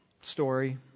story